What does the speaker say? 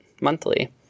monthly